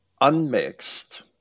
unmixed